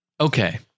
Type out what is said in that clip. Okay